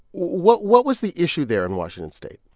what what was the issue there in washington state?